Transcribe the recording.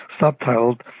subtitled